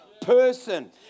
person